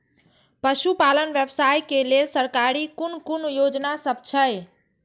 पशु पालन व्यवसाय के लेल सरकारी कुन कुन योजना सब छै?